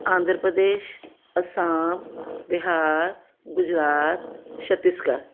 Andhra Pradesh Assam Bihar Gujarat Chhattisgarh